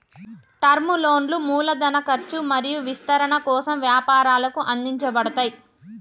term లోన్లు మూలధన ఖర్చు మరియు విస్తరణ కోసం వ్యాపారాలకు అందించబడతయ్